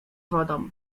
wodą